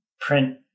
print